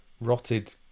rotted